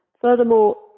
furthermore